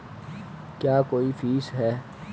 क्या कोई फीस है?